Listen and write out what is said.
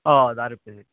हय धा रुपयांनी